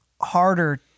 harder